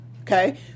okay